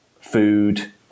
food